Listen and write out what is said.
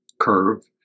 curve